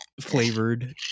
flavored